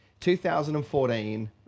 2014